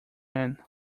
man